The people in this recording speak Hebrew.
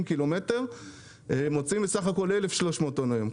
קילומטרים מוציאים בסך הכול 1,300 טון היום.